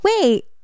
wait